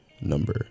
number